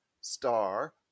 star